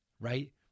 Right